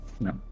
No